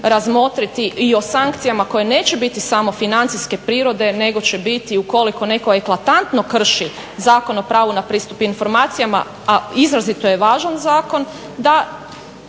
razmotriti i o sankcijama koje neće biti samo financijske prirode nego će biti ukoliko netko eklatantno krši Zakon o pravu na pristup informacijama a izrazito je važan zakon da